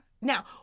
Now